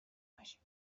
باشیم